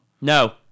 No